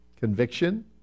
Conviction